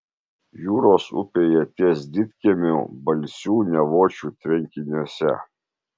jūros upėje ties didkiemiu balsių nevočių tvenkiniuose